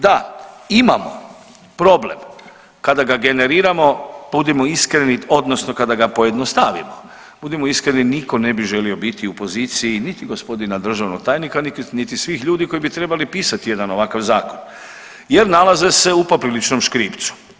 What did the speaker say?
Da imamo problem, kada ga generirano budimo iskreni odnosno kada ga pojednostavimo budimo iskreni nitko ne bi želi biti u poziciji niti gospodina državnog tajnika, niti svih ljudi koji bi trebali pisati jedan ovakav zakon jer nalaze se u popriličnom škripcu.